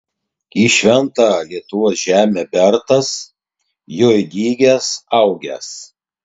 į šventą lietuvos žemę bertas joj dygęs augęs